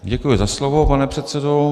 Děkuji za slovo, pane předsedo.